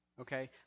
Okay